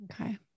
Okay